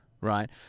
right